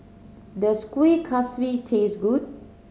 does Kueh Kaswi taste good